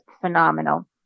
phenomenal